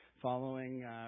following